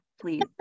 please